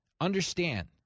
Understand